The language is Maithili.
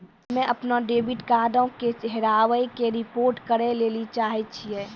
हम्मे अपनो डेबिट कार्डो के हेराबै के रिपोर्ट करै लेली चाहै छियै